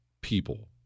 people